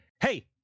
hey